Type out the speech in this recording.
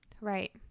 Right